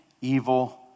evil